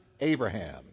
Abraham